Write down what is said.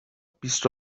بیست